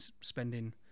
spending